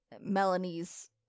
Melanie's